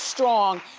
strong.